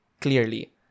clearly